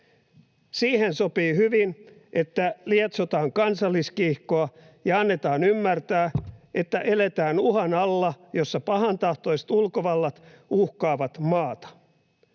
Siihen sopii hyvin, että lietsotaan kansalliskiihkoa ja annetaan ymmärtää, että eletään sellaisen uhan alla, että pahantahtoiset ulkovallat uhkaavat maata.